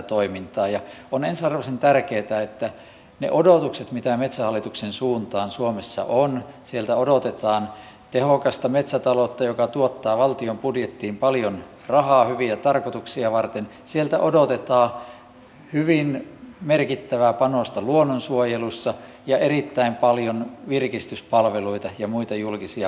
ja on ensiarvoisen tärkeätä koska ne odotukset mitä metsähallituksen suuntaan suomessa on ovat kovat sieltä odotetaan tehokasta metsätaloutta joka tuottaa valtion budjettiin paljon rahaa hyviä tarkoituksia varten sieltä odotetaan hyvin merkittävää panosta luonnonsuojelussa ja erittäin paljon virkistyspalveluita ja muita julkisia